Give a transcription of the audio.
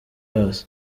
bose